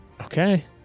Okay